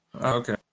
Okay